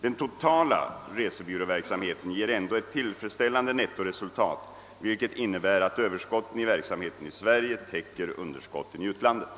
Den totala resebyråverksamheten ger ändå ett tillfredsställande nettoresultat vilket innebär att överskotten i verksamheten i Sverige täcker underskotten i utlandet.